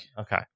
Okay